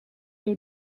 your